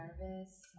nervous